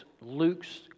Luke's